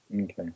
Okay